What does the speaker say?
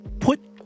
put